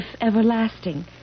everlasting